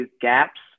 gaps